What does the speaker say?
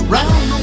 Round